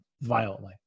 violently